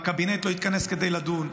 והקבינט לא התכנס כדי לדון.